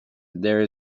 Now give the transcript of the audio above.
there